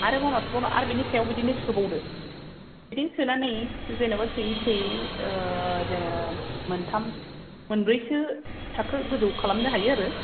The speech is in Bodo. आर बिनि सायाव बिदिनो सोबावदो बिदिनो सोनानै जेनबा सोयै सोयै मोनथाम मोनब्रैसो थाखो गोजौ खालामनो हायो आरो